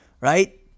right